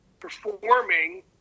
performing